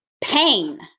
pain